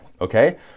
Okay